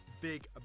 big